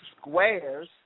squares